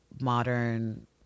modern